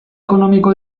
ekonomiko